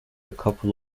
couple